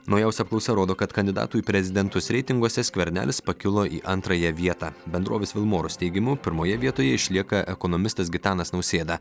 naujausia apklausa rodo kad kandidatų į prezidentus reitinguose skvernelis pakilo į antrąją vietą bendrovės vilmorus teigimu pirmoje vietoje išlieka ekonomistas gitanas nausėda